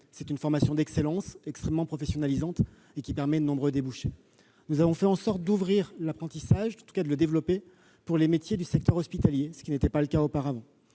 d'une formation d'excellence, extrêmement professionnalisante, qui permet de nombreux débouchés. Nous avons fait en sorte de développer l'apprentissage pour les métiers du secteur hospitalier, ce qui n'était pas le cas auparavant.